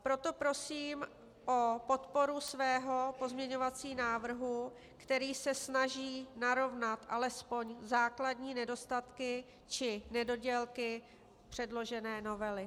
Proto prosím o podporu svého pozměňovacího návrhu, který se snaží narovnat alespoň základní nedostatky či nedodělky předložené novely.